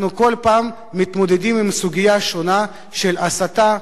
אנחנו כל פעם מתמודדים עם סוגיה שונה של הסתה,